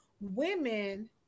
women